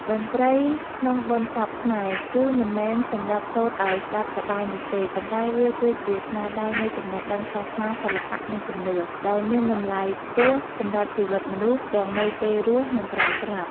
តន្ត្រីក្នុងបុណ្យសពខ្មែរ គឺមិនមែនសម្រាប់សូត្រឲ្យស្ដាប់សប្បាយនោះទេ ប៉ុន្តែវាគឺជាស្នាដៃនៃចំណេះដឹងសាសនា សិល្បៈ និងជំនឿ ដែលមានតម្លៃខ្ពស់សម្រាប់ជីវិតមនុស្ស ទាំងនៅពេលរស់ និងក្រោយស្លាប់។